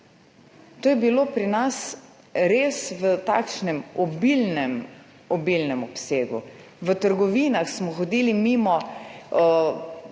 to je bilo pri nas res v takšnem obilnem obilnem obsegu. V trgovinah smo hodili mimo